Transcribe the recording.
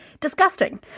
Disgusting